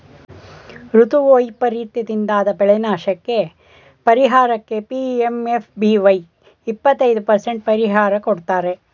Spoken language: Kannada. ಋತು ವೈಪರೀತದಿಂದಾದ ಬೆಳೆನಾಶಕ್ಕೇ ಪರಿಹಾರಕ್ಕೆ ಪಿ.ಎಂ.ಎಫ್.ಬಿ.ವೈ ಇಪ್ಪತೈದು ಪರಸೆಂಟ್ ಪರಿಹಾರ ಕೊಡ್ತಾರೆ